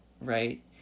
Right